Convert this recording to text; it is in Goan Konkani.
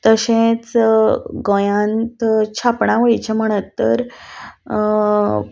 तशेंच गोंयांत छापणावळींचें म्हणत तर